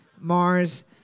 Mars